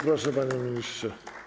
Proszę, panie ministrze.